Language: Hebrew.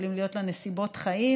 יכולות להיות לה נסיבות חיים,